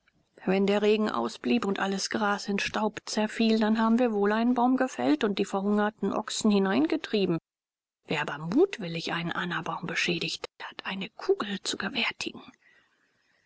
wenn der regen ausblieb und alles gras in staub zerfiel dann haben wir wohl einen baum gefällt und die verhungerten ochsen hineingetrieben wer aber mutwillig einen anabaum beschädigt hat eine kugel zu gewärtigen